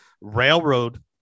railroad